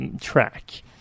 track